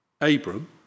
Abram